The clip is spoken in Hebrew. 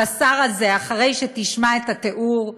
הבשר הזה, אחרי שתשמע את התיאור,